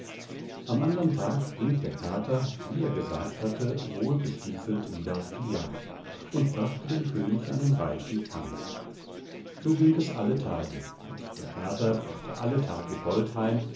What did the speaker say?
am andern tag ging der kater wie er gesagt hatte wohl gestiefelt wieder auf die jagd und brachte dem könig einen reichen fang so ging es alle tage und der kater brachte alle tage